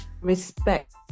respect